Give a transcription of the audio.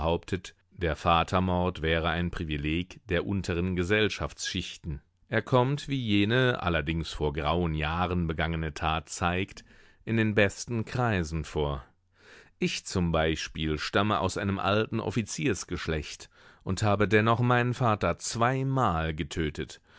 der vatermord wäre ein privileg der unteren gesellschaftsschichten er kommt wie jene allerdings vor grauen jahren begangene tat zeigt in den besten kreisen vor ich z b stamme aus einem alten offiziersgeschlecht und habe dennoch meinen vater zweimal getötet